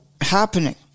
happening